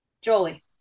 Jolie